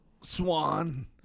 Swan